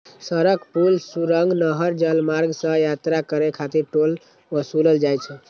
सड़क, पुल, सुरंग, नहर, जलमार्ग सं यात्रा करै खातिर टोल ओसूलल जाइ छै